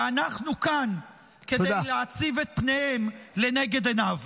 ואנחנו כאן כדי להציב את פניהם לנגד עיניו.